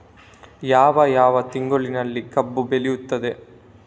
ಯಾವ ಯಾವ ತಿಂಗಳಿನಲ್ಲಿ ಕಬ್ಬು ಬೆಳೆಯುತ್ತದೆ?